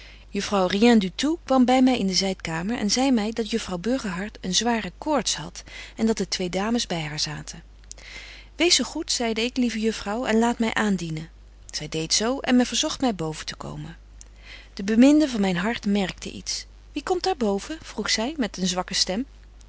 juffrouw rien du tout kwam by my in de zydkamer en zei my dat juffrouw burgerhart een zware koorts hadt en dat de twee dames by haar zaten wees zo goed zeide ik lieve juffrouw en laat my aandienen zy deedt zo en men verzogt my boven te komen de beminde van myn hart merkte iets wie komt daar boven vroeg zy met een zwakke stem